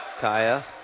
Kaya